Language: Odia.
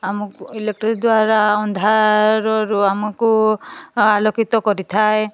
ଆମକୁ ଇଲେକ୍ଟ୍ରି ଦ୍ୱାରା ଅନ୍ଧାରରୁ ଆମକୁ ଆଲୋକିତ କରିଥାଏ